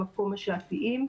להדגיש,